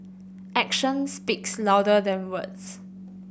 action speaks louder than words